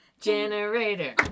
generator